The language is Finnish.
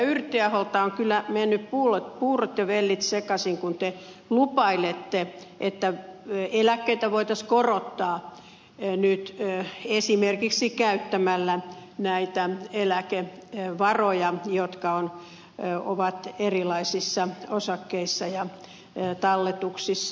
yrttiaholta on kyllä mennyt puurot ja vellit sekaisin kun te lupailette että eläkkeitä voitaisiin korottaa nyt esimerkiksi käyttämällä näitä eläkevaroja jotka ovat erilaisissa osakkeissa ja talletuksissa